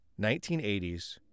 1980s